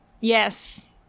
yes